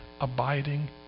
abiding